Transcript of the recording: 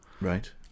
Right